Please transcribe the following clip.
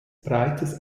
breites